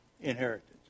inheritance